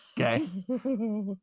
Okay